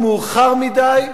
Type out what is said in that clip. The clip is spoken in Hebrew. מדי,